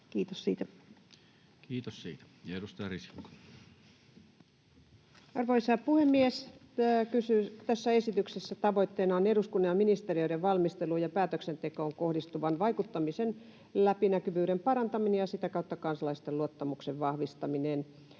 avoimuusrekisterilaiksi Time: 21:14 Content: Arvoisa puhemies! Tässä esityksessä tavoitteena on eduskunnan ja ministeriöiden valmisteluun ja päätöksentekoon kohdistuvan vaikuttamisen läpinäkyvyyden parantaminen ja sitä kautta kansalaisten luottamuksen vahvistaminen.